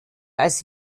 als